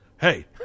hey